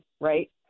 right